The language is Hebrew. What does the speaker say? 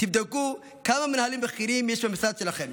תבדקו כמה מנהלים בכירים יש במשרד שלכם.